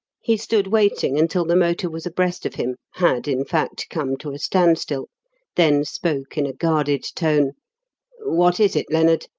he stood waiting until the motor was abreast of him had, in fact, come to a standstill then spoke in a guarded tone what is it, lennard?